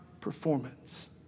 performance